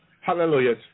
Hallelujah